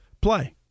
play